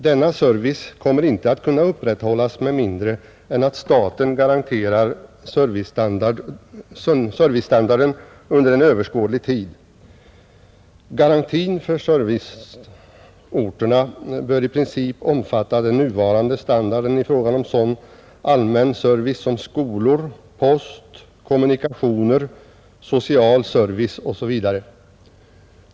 Denna service kommer inte att kunna upprätthållas med mindre än att staten garanterar servicestandarden under överskådlig tid. Garantin för serviceorterna bör i princip omfatta nuvarande standard i fråga om sådan allmän service som skolor, post, kommunikationer och social service.